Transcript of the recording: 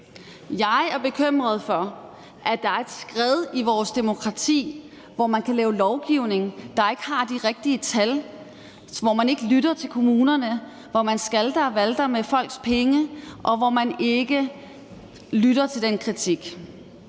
Jeg er bekymret for, at der er et skred i vores demokrati, hvor man kan lave lovgivning, der ikke har de rigtige tal, hvor man ikke lytter til kommunerne, hvor man skalter og valter med folks penge, og hvor man ikke lytter til kritik.